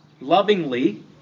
lovingly